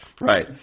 Right